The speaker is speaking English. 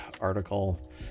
article